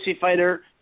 fighter